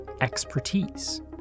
expertise